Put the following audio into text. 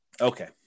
Okay